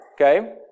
okay